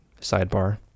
sidebar